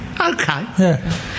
Okay